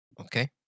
Okay